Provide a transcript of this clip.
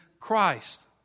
Christ